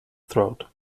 throat